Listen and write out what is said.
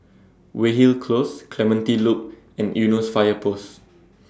Weyhill Close Clementi Loop and Eunos Fire Post